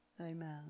Amen